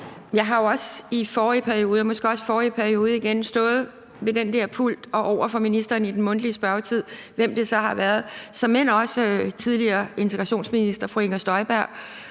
og måske også i den forrige periode igen stået ved pulten over for ministeren i den mundtlige spørgetid – hvem det så har været, og såmænd også den tidligere integrationsminister fru Inger Støjberg